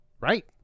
Right